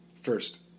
First